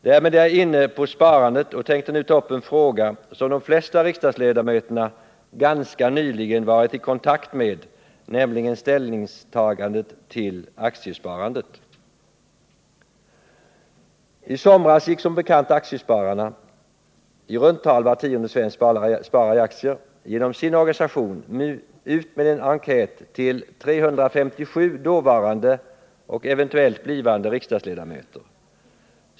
Härmed är jag inne på sparandet och tänker nu ta upp en fråga, som de flesta riksdagsledamöter ganska nyligen varit i kontakt med, nämligen inställningen till aktiesparandet. I somras gick som bekant aktiespararna — i runt tal var tionde svensk sparar i aktier — genom sin organisation ut med en enkät till 357 dåvarande och eventuellt blivande riksdagsledamöter.